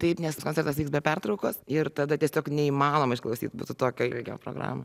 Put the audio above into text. taip nes koncertas vyks be pertraukos ir tada tiesiog neįmanoma išklausyt būtų tokio lygio programą